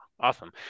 Awesome